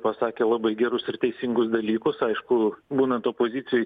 pasakė labai gerus ir teisingus dalykus aišku būnant opozicijoj